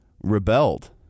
rebelled